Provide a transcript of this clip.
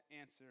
answer